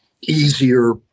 easier